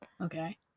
Okay